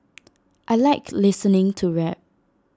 I Like listening to rap